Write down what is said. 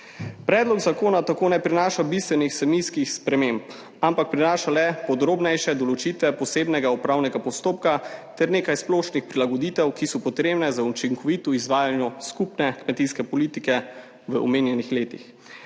Predlog zakona tako ne prinaša bistvenih vsebinskih sprememb, ampak prinaša le podrobnejše določitve posebnega upravnega postopka ter nekaj splošnih prilagoditev, ki so potrebne za učinkovito izvajanje skupne kmetijske politike v omenjenih letih.